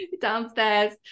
downstairs